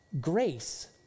Grace